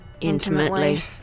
Intimately